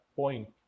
point